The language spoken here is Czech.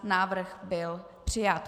Návrh byl přijat.